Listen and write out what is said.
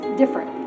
different